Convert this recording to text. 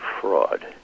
fraud